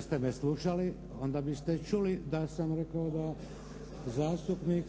ste me slušali onda biste čuli da sam rekao da zastupnik